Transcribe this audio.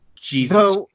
Jesus